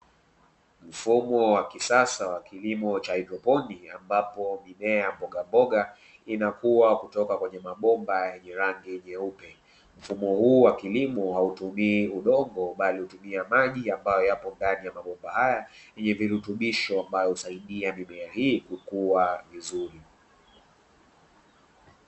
Mfumo wa kisasa wa kilimo cha haidrponi ambapo mimea ya mbogamboga inakua kutoka kwenye mabomba yenye rangi nyeupe. Mfumo huu wa kilimo hautumii udongo bali hutumia maji ambayo yapo ndani ya mabomba haya yenye virutubisho ambavyo husaidia mimea hii kukua vizuri.